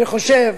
אני חושב